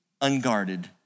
unguarded